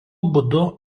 būdu